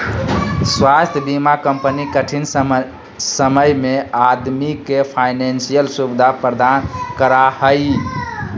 स्वास्थ्य बीमा कंपनी कठिन समय में आदमी के फाइनेंशियल सुविधा प्रदान करा हइ